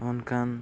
ᱚᱱᱠᱟᱱ